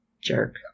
Jerk